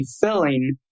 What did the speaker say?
filling